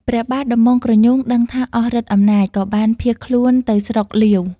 ព្រះបាទដំបងក្រញូងដឹងថាអស់ឫទ្ធិអំណាច ក៏បានភៀសខ្លួនទៅស្រុកលាវ ។